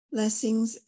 Blessings